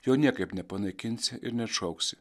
jo niekaip nepanaikinsi ir neatšauksi